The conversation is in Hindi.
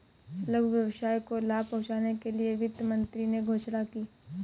लघु व्यवसाय को लाभ पहुँचने के लिए वित्त मंत्री ने घोषणा की